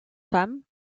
femme